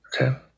okay